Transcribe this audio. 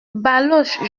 baloche